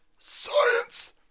Science